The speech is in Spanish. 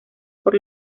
por